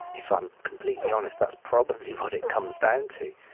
if i'm completely honest, that's probably what it comes down to.